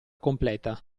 completa